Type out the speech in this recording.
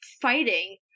fighting